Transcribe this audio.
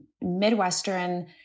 Midwestern